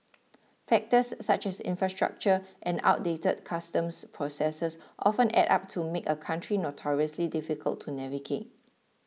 factors such as infrastructure and outdated customs processes often add up to make a country notoriously difficult to navigate